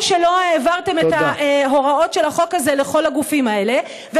או שלא העברתם את ההוראות של החוק הזה לכל הגופים האלה.